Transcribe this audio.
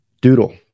doodle